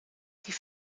die